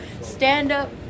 stand-up